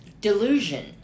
delusion